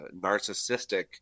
narcissistic